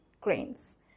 grains